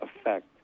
effect